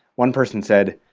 one person said,